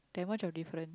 that much of different